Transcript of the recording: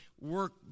work